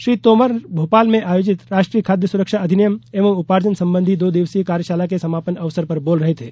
श्री तोमर भोपाल में आयोजित राष्ट्रीय खाद्य सुरक्षा अधिनियम एवं उपार्जन संबंधी दो दिवसीय कार्यशाला के समापन अवसर पर बोल रहे थे